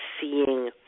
seeing